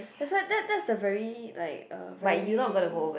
that why that that the very like uh very